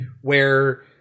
where-